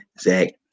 Zach